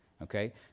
okay